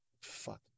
Fuck